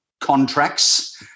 contracts